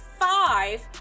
five